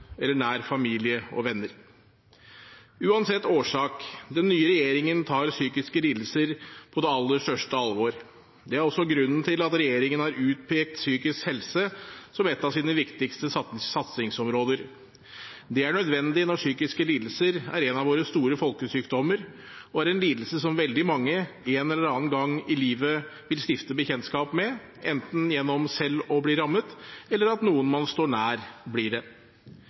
eller nær familie og venner. Uansett årsak: Den nye regjeringen tar psykiske lidelser på det aller største alvor. Det er også grunnen til at regjeringen har utpekt psykisk helse som et av sine viktigste satsingsområder. Det er nødvendig når psykiske lidelser er en av våre store folkesykdommer og en lidelse som veldig mange en eller annen gang i livet vil stifte bekjentskap med, enten gjennom selv å bli rammet eller at noen man står nær, blir det.